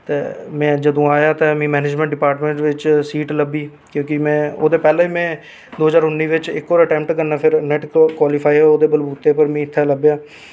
ते में जदूं आयां ते मैनेजमैंट डिपार्टमैंट बिच सीट लब्भी क्यूंकि में ओह्दे पैह्लैं में दो हजार उन्नी बिच इक होर अटैम्पट च नेट क्वालिफाईड अ'ऊं होर ते ओह्दे बलवूते पर मिगी इत्थै लब्भेआ